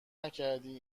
نکردی